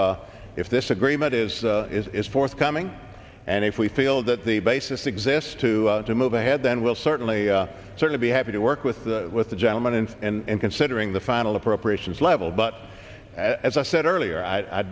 if if this agreement is is forthcoming and if we feel that the basis exists to to move ahead then we'll certainly certainly be happy to work with the with the gentleman and and considering the final appropriations level but as i said earlier i